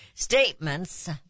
Statements